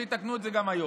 שיתקנו את זה גם היום,